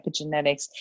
epigenetics